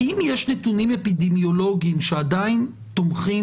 אם יש נתונים אפידמיולוגיים שעדיין תומכים